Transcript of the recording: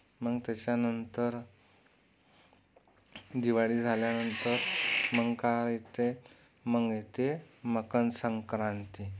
मग त्याच्यानंतर दिवाळी झाल्यानंतर मग काय येते मग येते मकन संक्रांती